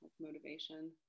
motivation